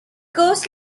coast